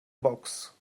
box